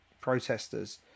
protesters